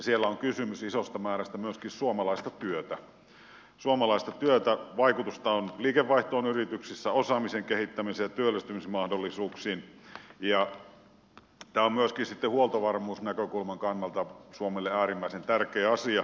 siellä on kysymys isosta määrästä myöskin suomalaista työtä jolla on vaikutusta liikevaihtoon yrityksissä osaamisen kehittämiseen ja työllistymismahdollisuuksiin ja tämä on myöskin huoltovarmuusnäkökulman kannalta suomelle äärimmäisen tärkeä asia